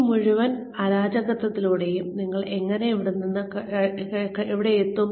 ഈ മുഴുവൻ അരാജകത്വത്തിലൂടെയും ഞങ്ങൾ എങ്ങനെ ഇവിടെ നിന്ന് ഇവിടെ എത്തും